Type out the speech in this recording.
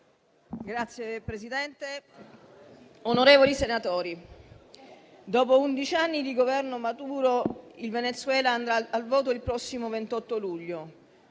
Signor Presidente, onorevoli senatori, dopo undici anni di Governo Maduro il Venezuela andrà al voto, il prossimo 28 luglio,